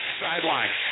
sideline